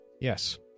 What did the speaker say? Yes